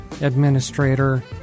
administrator